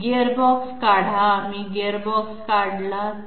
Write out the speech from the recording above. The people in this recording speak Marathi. गिअरबॉक्स काढा आम्ही गिअरबॉक्स काढला तर